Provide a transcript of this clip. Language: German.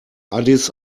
addis